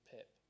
Pip